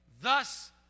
Thus